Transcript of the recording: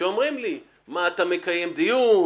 שאומרים לי: מה אתה מקיים דיון?